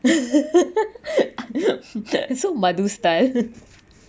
so badoo style